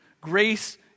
Grace